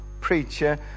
preacher